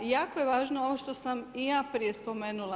Jako je važno ovo što sam i ja prije spomenula.